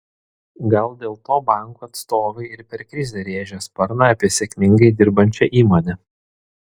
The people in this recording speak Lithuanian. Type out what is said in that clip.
gal dėl to bankų atstovai ir per krizę rėžia sparną apie sėkmingai dirbančią įmonę